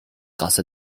grâce